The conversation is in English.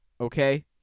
okay